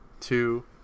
two